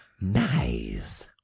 Nice